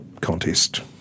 contest